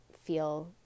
feel